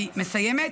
אני מסיימת.